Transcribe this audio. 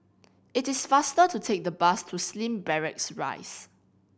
it is faster to take the bus to Slim Barracks Rise